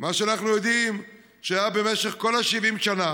מה שאנחנו יודעים שהיה במשך כל 70 השנה,